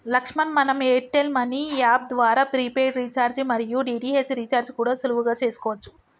లక్ష్మణ్ మనం Airtel money app ద్వారా prepaid recharge మరియు డి.టి.హెచ్ రీఛార్జి కూడా సులువుగా చేసుకోవచ్చు